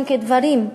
גם כגברים.